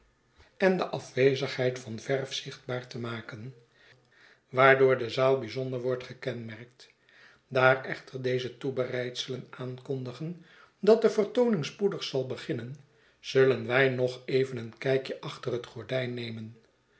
en de afwezigheid van verf zichtbaar te maken waardoor de zaal bijzonder wordt gekenmerkt daar echter deze toebereidselen aankondigen dat de vertooning spoedig zal beginnen zullen wij nog even een kijkje achter het gordijn nemen